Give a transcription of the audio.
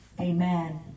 amen